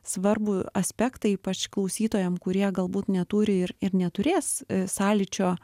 svarbų aspektą ypač klausytojam kurie galbūt neturi ir neturės sąlyčio